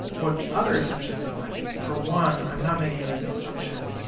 what other assumptions am i making? for one, i'm not making this assumption.